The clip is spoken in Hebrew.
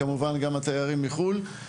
וכמובן שגם לתיירים מחו"ל.